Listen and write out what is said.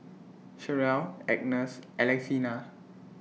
Cherrelle Agnes Alexina